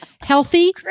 healthy